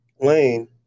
lane